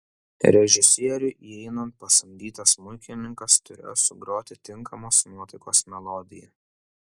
režisieriui įeinant pasamdytas smuikininkas turėjo sugroti tinkamos nuotaikos melodiją